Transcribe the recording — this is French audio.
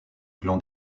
clan